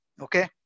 okay